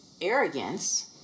arrogance